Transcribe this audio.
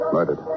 Murdered